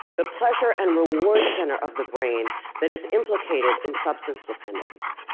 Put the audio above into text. the pleasure and reward center of the brain that is implicated in substance dependence.